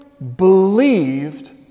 believed